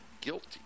guilty